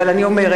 אבל אני אומרת,